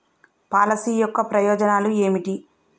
Policy యొక్క ప్రయోజనాలు ఏమిటి?